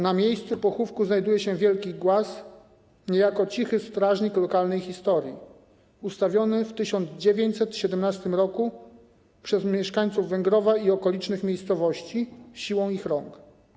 Na miejscu pochówku znajduje się wielki głaz, niejako cichy strażnik lokalnej historii, ustawiony w 1917 r. przez mieszkańców Węgrowa i okolicznych miejscowości, siłą ich rąk.